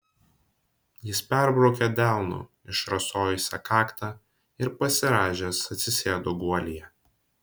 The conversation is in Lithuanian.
jis perbraukė delnu išrasojusią kaktą ir pasirąžęs atsisėdo guolyje